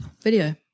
Video